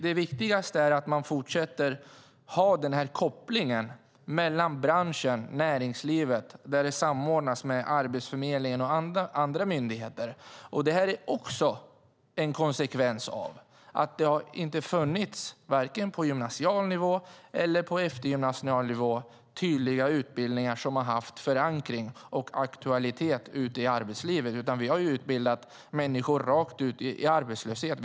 Det viktigaste är att man fortsätter att ha kopplingen mellan branschen och näringslivet där det samordnas med Arbetsförmedlingen och andra myndigheter. Detta är en konsekvens av att det inte på vare sig gymnasial nivå eller eftergymnasial nivå har funnits tydliga utbildningar som har haft förankring och aktualitet ute i arbetslivet. Vi har utbildat människor rakt ut i arbetslöshet.